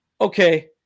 Okay